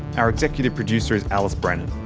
our executive producer is alice brennan.